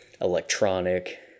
Electronic